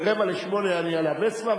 ב-07:45 אני על הווספה,